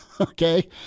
okay